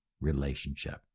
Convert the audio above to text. relationship